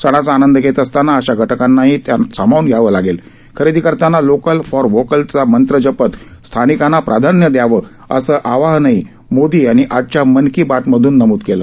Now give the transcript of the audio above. सणांचा आनंद घेत असताना अशा घटकांनाही त्यात सामावून घ्यावं खरेदी करताना लोकल फॉर व्होकलचा मंत्र जपत स्थानिकांना प्राधान्य दयावं असं आवाहन मोदी यांनी आजच्या मन की बात मधून केलं